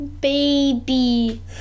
Baby